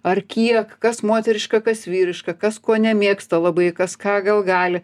ar kiek kas moteriška kas vyriška kas ko nemėgsta labai kas ką gal gali